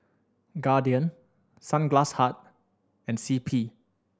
Guardian Sunglass Hut and C P